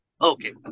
Okay